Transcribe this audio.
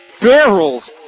barrels